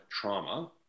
trauma